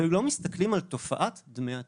והם לא מסתכלים על תופעת דמי התיווך.